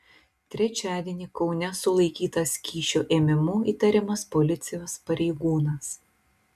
trečiadienį kaune sulaikytas kyšio ėmimu įtariamas policijos pareigūnas